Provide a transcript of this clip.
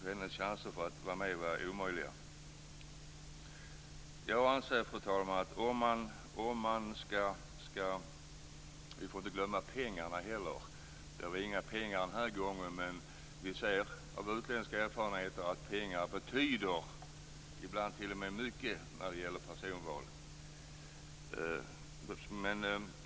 Hennes chanser att vara med var obefintliga. Vi får inte glömma pengarna heller. Det var inga pengar den här gången, men vi vet av utländska erfarenheter att pengar ibland t.o.m. betyder mycket när det gäller personval.